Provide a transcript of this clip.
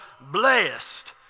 blessed